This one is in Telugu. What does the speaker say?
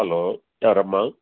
హలో ఎవరమ్మా